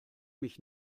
mich